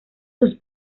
sus